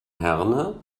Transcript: herne